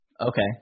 Okay